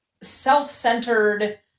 self-centered